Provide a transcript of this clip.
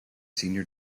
senior